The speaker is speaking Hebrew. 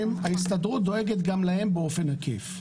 ההסתדרות דואגת גם להם באופן עקיף.